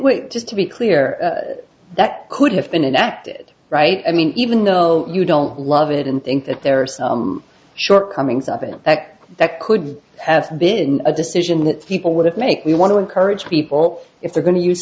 we just to be clear that could have been enacted right i mean even though you don't love it and think that there are some shortcomings of an impact that could have been a decision that people would have make we want to encourage people if they're going to use